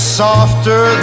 softer